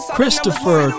Christopher